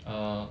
uh